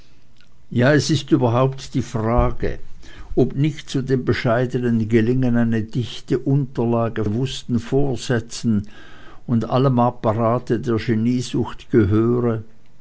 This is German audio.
ja es ist überhaupt die frage ob nicht zu dem bescheidensten gelingen eine dichte unterlage von bewußten vorsätzen und allem apparate der geniesucht gehöre